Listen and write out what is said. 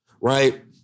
right